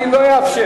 אני לא אאפשר,